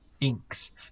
inks